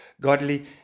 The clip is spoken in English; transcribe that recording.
godly